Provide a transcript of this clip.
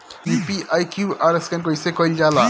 UPI QR scan कइसे कईल जा ला?